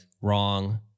wrong